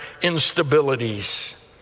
instabilities